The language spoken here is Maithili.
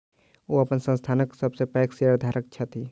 ओ अपन संस्थानक सब सॅ पैघ शेयरधारक छथि